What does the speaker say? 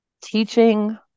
teaching